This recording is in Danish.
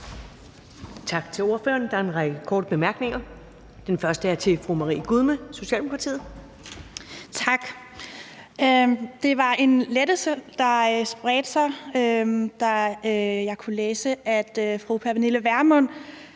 Tak til ordføreren. Der er en række korte bemærkninger. Den første er fra fru Maria Gudme, Socialdemokratiet. Kl. 17:05 Maria Gudme (S) : Tak. Det var en lettelse, der bredte sig, da jeg kunne læse, at fru Pernille Vermund